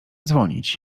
dzwonić